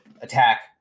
attack